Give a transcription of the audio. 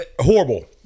Horrible